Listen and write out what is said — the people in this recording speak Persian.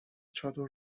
چادر